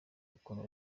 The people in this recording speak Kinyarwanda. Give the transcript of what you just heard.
ukuntu